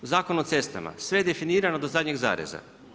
Zakon o cestama sve je definirano do zadnjeg zareza.